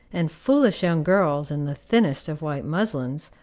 and foolish young girls, in the thinnest of white muslins,